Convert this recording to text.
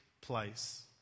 place